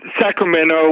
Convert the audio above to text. Sacramento